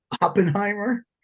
Oppenheimer